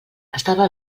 estava